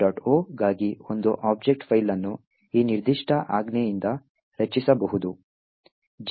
o ಗಾಗಿ ಒಂದು object file ಅನ್ನು ಈ ನಿರ್ದಿಷ್ಟ ಆಜ್ಞೆಯಿಂದ ರಚಿಸಬಹುದು gcc hello